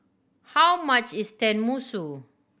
how much is Tenmusu